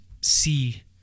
see